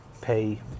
pay